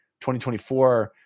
2024